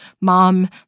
Mom